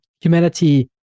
humanity